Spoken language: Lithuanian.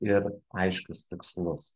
ir aiškius tikslus